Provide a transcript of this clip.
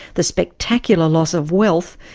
the spectacular loss of wealth,